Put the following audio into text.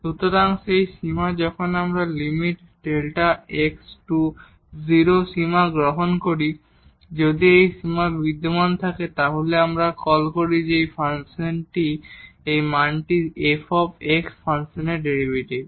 সুতরাং সেই সীমা এখানে যখন আমরা limit Δx → 0 সীমা গ্রহণ করি যদি এই সীমা বিদ্যমান থাকে তাহলে আমরা কল করি যে এই মানটি f ফাংশনের ডেরিভেটিভ